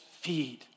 feed